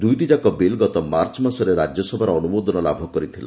ଦୁଇଟିଯାକ ବିଲ୍ ଗତ ମାର୍ଚ୍ଚ ମାସରେ ରାଜ୍ୟସଭାର ଅନୁମୋଦନ ଲାଭ କରିଥିଲା